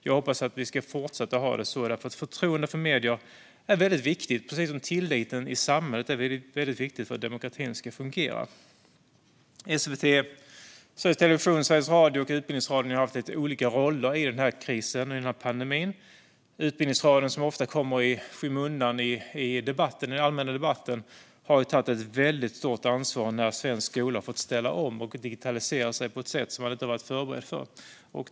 Jag hoppas att vi ska fortsätta ha det så, för förtroendet för medier är väldigt viktigt - precis som tilliten i samhället är väldigt viktig - för att demokratin ska fungera. Sveriges Television, Sveriges Radio och Utbildningsradion har haft lite olika roller i den här krisen - i pandemin. Utbildningsradion, som ofta kommer i skymundan i den allmänna debatten, har tagit ett väldigt stort ansvar när svensk skola har fått ställa om och digitalisera sig på ett sätt den inte var förberedd för.